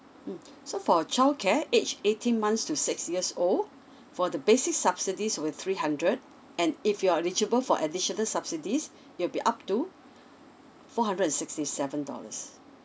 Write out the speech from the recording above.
mm so for childcare age eighteen months to six years old for the basics subsidies will three hundred and if you are eligible for additional subsidies it will be up to four hundred and sixty seven dollars